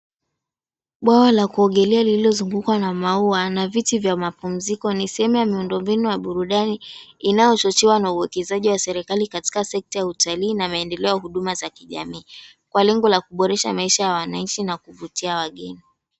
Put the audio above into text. Bwawa la kuogelea lililozungukwa na maua na viti vya mapumziko ni sehemu ya miundo mbinu ya burudani inayochochewa na uwekezaji wa serikali katika sekta ya utalii na maendeleo huduma za kijamii kwa lengo la kuboresha maisha ya wananchi na kuvutia wageni.